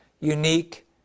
unique